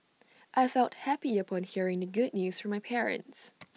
I felt happy upon hearing the good news from my parents